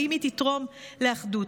האם היא תתרום לאחדות,